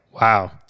wow